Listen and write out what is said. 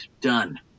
Done